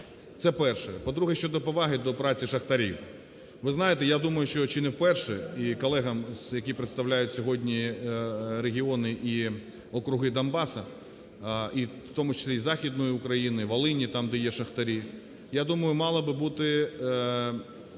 Це перше. По-друге, щодо поваги до праці шахтарів. Ви знаєте, я думаю, що чи не вперше і колегам, які представляють сьогодні регіони і округи Донбасу, і в тому числі і Західної України, і Волині, там, де є шахтарі. я думаю, мало би бути